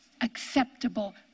acceptable